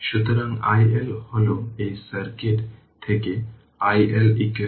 সুতরাং আমি বলতে চাইছি যে আমরা জানি যে সাধারণভাবে v L di by dt এর মানে di 1L তারপর v dt